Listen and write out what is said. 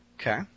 Okay